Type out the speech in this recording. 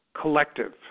collective